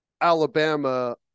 Alabama